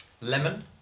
Lemon